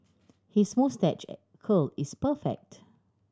his moustache curl is perfect